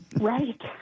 Right